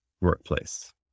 workplace